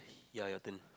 ya your turn